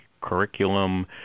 curriculum